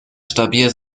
stabil